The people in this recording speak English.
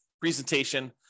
presentation